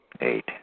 Eight